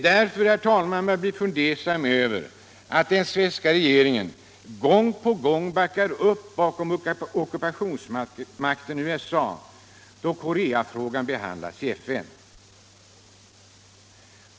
Därför blir man fundersam över att den svenska regeringen gång på gång backar upp bakom ockupationsmakten USA, då Koreafrågan behandlas i FN.